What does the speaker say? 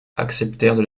acceptèrent